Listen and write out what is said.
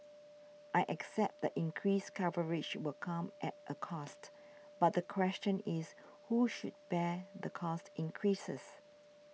I accept that increased coverage will come at a cost but the question is who should bear the cost increases